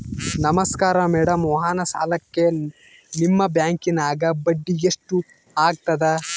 ನಮಸ್ಕಾರ ಮೇಡಂ ವಾಹನ ಸಾಲಕ್ಕೆ ನಿಮ್ಮ ಬ್ಯಾಂಕಿನ್ಯಾಗ ಬಡ್ಡಿ ಎಷ್ಟು ಆಗ್ತದ?